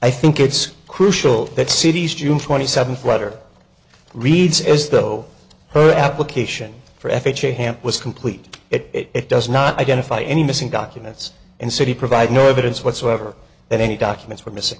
i think it's crucial that city's june twenty seventh letter reads as though her application for f h a hamp was complete it does not identify any missing documents and city provide no evidence whatsoever that any documents were missing